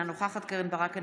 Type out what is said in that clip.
אינה נוכחת קרן ברק,